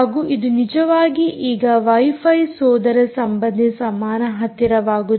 ಹಾಗೂ ಇದು ನಿಜವಾಗಿ ಈಗ ವೈಫೈಗೆ ಸೋದರಿಸಂಬಂಧಿ ಸಮಾನ ಹತ್ತಿರವಾಗುತ್ತದೆ